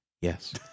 Yes